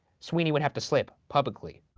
sweeney would have to slip, publicly.